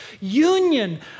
union